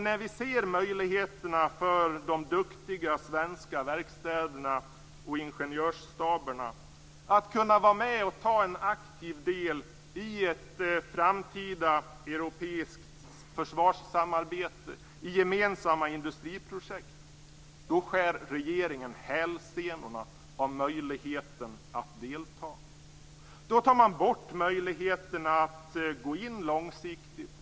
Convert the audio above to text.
När vi ser möjligheterna för de duktiga svenska verkstäderna och ingenjörsstaberna att kunna vara med och ta aktiv del i ett framtida europeiskt försvarssamarbete i gemensamma industriprojekt skär regeringen hälsenorna av möjligheten att delta. Man tar bort möjligheten att gå in långsiktigt.